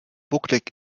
bucklig